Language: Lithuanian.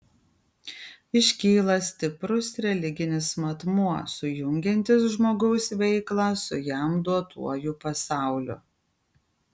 iškyla stiprus religinis matmuo sujungiantis žmogaus veiklą su jam duotuoju pasauliu